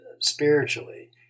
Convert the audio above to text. spiritually